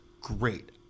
great